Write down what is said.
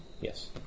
Yes